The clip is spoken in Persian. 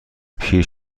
پیر